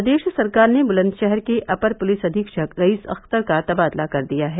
प्रदेश सरकार ने बुलंदशहर के अपर पुलिस अधीक्षक रईस अख्तर का तबादला कर दिया है